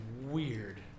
weird